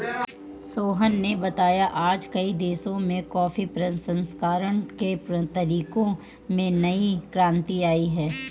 सोहन ने बताया आज कई देशों में कॉफी प्रसंस्करण के तरीकों में नई क्रांति आई है